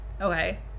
Okay